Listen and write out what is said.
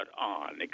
on